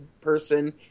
person